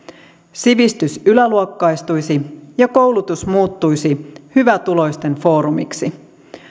sivistys yläluokkaistuisi ja koulutus muuttuisi hyvätuloisten foorumiksi